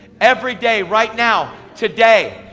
every day, right now, today,